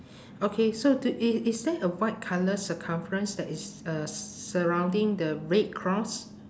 okay so to i~ is there a white colour circumference that is uh surrounding the red cross